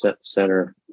center